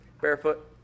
barefoot